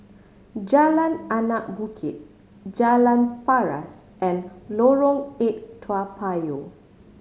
Jalan Anak Bukit Jalan Paras and Lorong Eight Toa Payoh